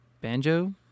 Banjo